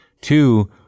Two